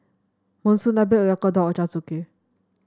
Monsunabe Oyakodon Ochazuke